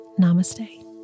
namaste